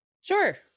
Sure